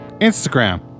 Instagram